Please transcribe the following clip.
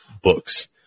books